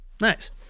Nice